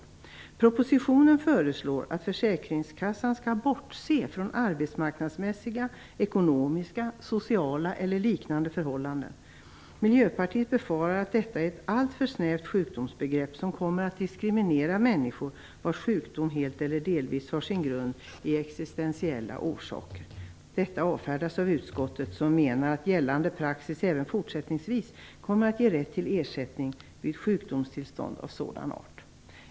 I propositionen föreslås att försäkringskassan skall bortse från arbetsmarknadsmässiga, ekonomiska, sociala eller liknande förhållanden. Miljöpartiet befarar att detta är ett alltför snävt sjukdomsbegrepp, som kommer att diskriminera människor vars sjukdom helt eller delvis har sin grund i existentiella orsaker. Detta avfärdas av utskottet, som menar att gällande praxis även fortsättningsvis kommer att ge rätt till ersättning vid sjukdomstillstånd av sådan art.